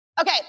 Okay